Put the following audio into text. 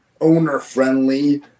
owner-friendly